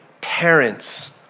parents